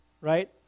right